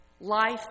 Life